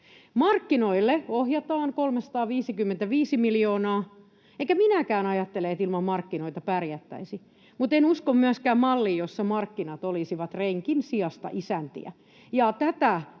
Markkinoille ohjataan 355 miljoonaa, enkä minäkään ajattele, että ilman markkinoita pärjättäisiin. Mutta en usko myöskään malliin, jossa markkinat olisivat rengin sijasta isäntiä,